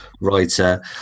writer